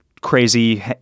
crazy